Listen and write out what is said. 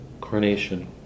carnation